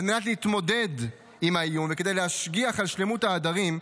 על מנת להתמודד עם האיום וכדי להשגיח על שלמות העדרים,